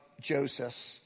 Joseph